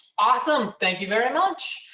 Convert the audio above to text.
awesome, thank you very much.